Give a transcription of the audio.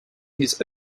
his